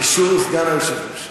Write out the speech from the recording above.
אישור מסגן היושב-ראש.